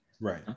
Right